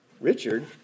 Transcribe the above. Richard